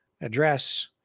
address